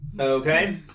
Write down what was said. Okay